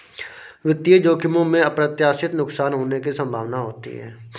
वित्तीय जोखिमों में अप्रत्याशित नुकसान होने की संभावना होती है